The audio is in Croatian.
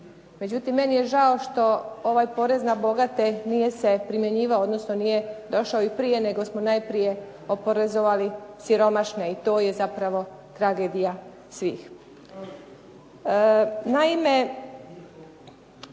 Međutim, meni je žao što ovaj porez na bogate nije se primjenjivao, odnosno nije došao i prije, nego smo najprije oporezovali siromašne. I to je zapravo tragedija svih.